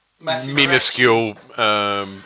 minuscule